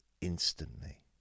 instantly